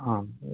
आम्